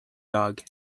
dog